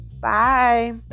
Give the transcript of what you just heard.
bye